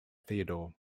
theodore